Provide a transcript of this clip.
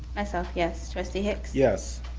myself, yes trustee hicks? yes.